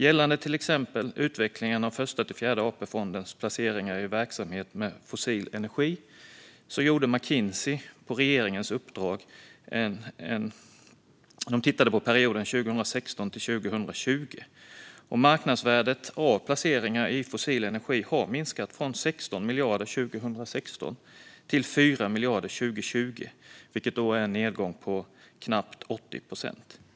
Gällande till exempel utvecklingen av Första-Fjärde AP-fondens placeringar i verksamhet med fossil energi tittade McKinsey på regeringens uppdrag på perioden 2016-2020, och marknadsvärdet av placeringar i fossil energi har minskat från 16 miljarder 2016 till 4 miljarder 2020, vilket är en nedgång med knappt 80 procent.